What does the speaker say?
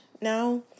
now